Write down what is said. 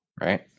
Right